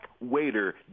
waiter